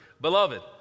beloved